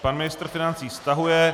Pan ministr financí stahuje.